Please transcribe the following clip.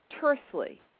tersely